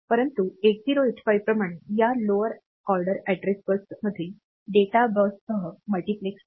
परंतु 8085 प्रमाणे या लोअर ऑर्डर अॅड्रेस बसमध्ये डेटा बससह मल्टिप्लेक्स आहे